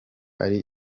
ari